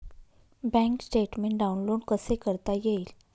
Bank statement download कसे करता येईल?